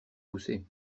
pousser